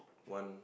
one